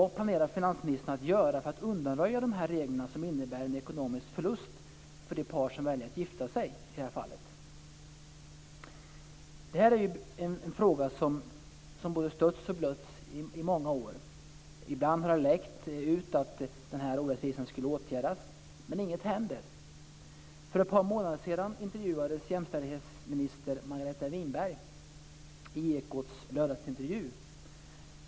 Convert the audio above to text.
Det här är ju en fråga som har stötts och blötts under många år. Ibland har det läckt ut att denna orättvisa skulle åtgärdas, men inget händer. För ett par månader sedan intervjuades jämställdhetsminister Margareta Winberg i Ekots lördagsintervju.